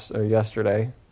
yesterday